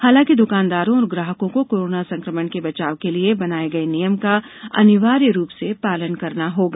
हालांकि दुकानदारों और ग्राहकों को कोरोना संक्रमण से बचाव के लिए बनाए गए नियम का अनिवार्य रूप से पालन करना होगा